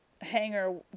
hanger